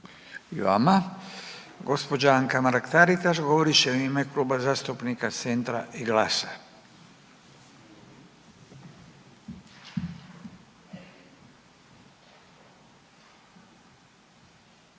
I vama. Gđa. Anka Mrak-Taritaš govorit će u ime Kluba zastupnika Centra i GLAS-a,